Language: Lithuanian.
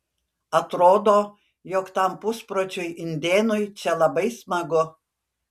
atrodo jog tam puspročiui indėnui čia labai smagu